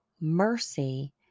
mercy